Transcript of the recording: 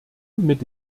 mit